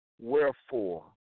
Wherefore